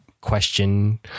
question